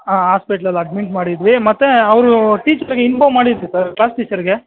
ಹಾಂ ಹಾಸ್ಪಿಟ್ಲಲ್ಲಿ ಅಡ್ಮಿಟ್ ಮಾಡಿದ್ವಿ ಮತ್ತೆ ಅವರು ಟೀಚರ್ಗೆ ಇನ್ಫೋರ್ಮ್ ಮಾಡಿದ್ವಿ ಸರ್ ಕ್ಲಾಸ್ ಟೀಚರ್ಗೆ